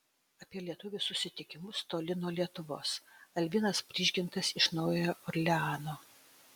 apie lietuvių susitikimus toli nuo lietuvos albinas prižgintas iš naujojo orleano